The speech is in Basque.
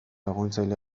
laguntzaile